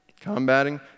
Combating